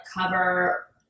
cover